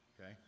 okay